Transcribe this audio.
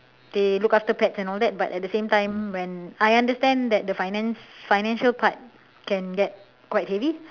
they look after pets and all that but at the same time when I understand that the finance financial part can get quite heavy